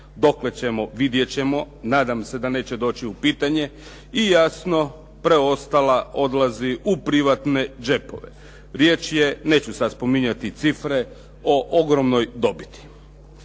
Dokle ćemo, vidjeti ćemo. Nadam se da neće doći u pitanje i jasno preostala odlazi u privatne džepove. Riječ je, neću sad spominjati cifre, o ogromnoj dobiti.